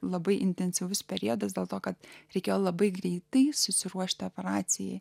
labai intensyvus periodas dėl to kad reikėjo labai greitai susiruošti operacijai